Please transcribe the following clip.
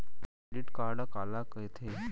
Credit card काला कहिथे?